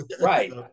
Right